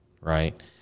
right